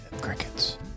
Crickets